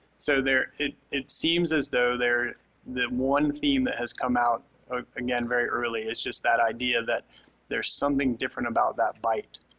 so there it it seems as though there that one theme that has come out again very early, it's just that idea that there's something different about that bite.